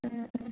ꯎꯝ ꯎꯝ